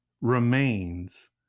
remains